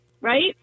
Right